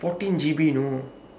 fourteen G_B you know